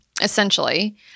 Essentially